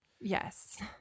Yes